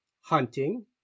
hunting